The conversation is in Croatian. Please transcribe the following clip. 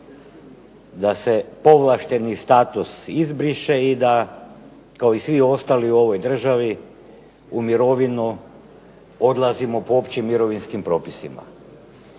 da se povlašteni status izbriše i da kao i svi ostali u ovoj državi u mirovinu odlazimo po općim mirovinskim propisima.